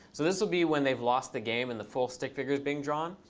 so this will be when they've lost the game and the full stick figure is being drawn.